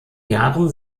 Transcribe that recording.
jahren